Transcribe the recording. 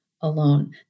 alone